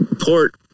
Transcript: port